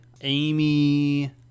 Amy